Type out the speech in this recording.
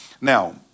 Now